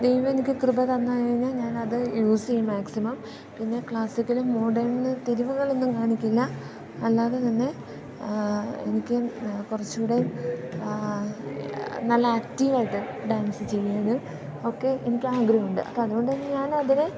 ദൈവം എനിക്ക് കൃപ തന്നുകഴിഞ്ഞാൽ ഞാനത് യൂസ് ചെയ്യ്യും മാക്സിമം പിന്നെ ക്ലാസിക്കലും മോഡേണ് എന്നും തിരിവുകളൊന്നും കാണിക്കില്ല അല്ലാതെ തന്നെ എനിക്ക് കുറച്ചുകൂടെയും നല്ല ആക്റ്റീവ് ആയിട്ട് ഡാൻസ് ചെയ്യുന്നത് ഒക്കെ എനിക്ക് ആഗ്രഹമുണ്ട് അപ്പം അതുകൊണ്ടുതന്നെ ഞാനതിന്